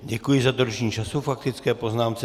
Děkuji za dodržení času k faktické poznámce.